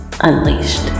Unleashed